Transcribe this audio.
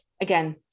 again